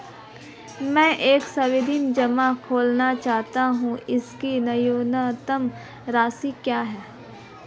मैं एक सावधि जमा खोलना चाहता हूं इसकी न्यूनतम राशि क्या है?